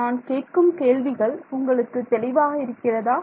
நான் கேட்கும் கேள்விகள் உங்களுக்கு தெளிவாக இருக்கிறதா